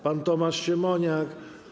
Pan Tomasz Siemoniak!